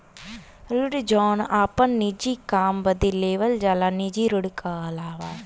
ऋण जौन आपन निजी काम बदे लेवल जाला निजी ऋण कहलाला